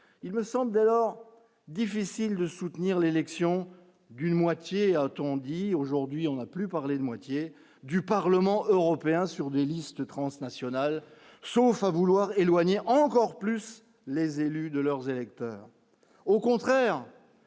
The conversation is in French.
il me semble, alors difficile de soutenir l'élection d'une moitié, a-t-on dit, aujourd'hui, on a plus parlé de moitié du Parlement européen sur des listes transnationales, sauf à vouloir éloigner encore plus les élus de leurs électeurs, au contraire,